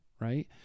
right